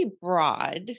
broad